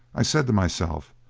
i said to myself,